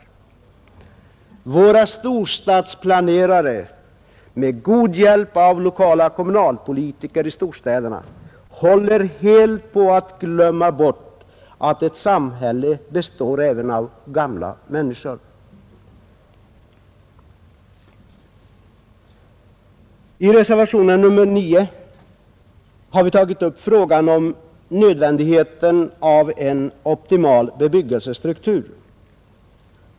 Våra storstadsplanerare — med god hjälp av lokala kommunalpolitiker i storstäderna — håller helt på att glömma bort att ett samhälle består även av gamla människor. I reservationen 9 har vi tagit upp frågan om nödvändigheten av en optimal bebyggelsestruktur.